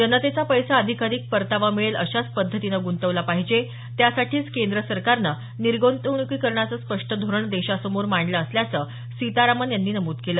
जनतेचा पैसा अधिकाधिक परतावा मिळेल अशाच पद्धतीनं गुंतवला पाहिजे त्यासाठीच केंद्र सरकारनं निर्गृंतवणुकीकरणाचं स्पष्ट धोरण देशासमोर मांडलं असल्याचं सीतारामन यांनी नमूद केलं